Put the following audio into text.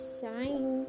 sign